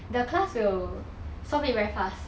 the class will solve it very fast